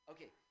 Okay